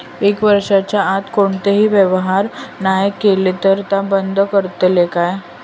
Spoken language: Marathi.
एक वर्षाच्या आत कोणतोही व्यवहार नाय केलो तर ता बंद करतले काय?